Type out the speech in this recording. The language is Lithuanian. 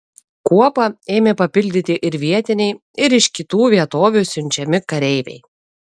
kuopą ėmė papildyti ir vietiniai ir iš kitų vietovių siunčiami kareiviai